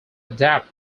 adapt